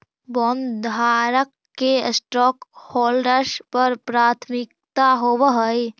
बॉन्डधारक के स्टॉकहोल्डर्स पर प्राथमिकता होवऽ हई